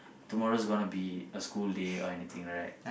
tomorrow's gonna be a school day or anything right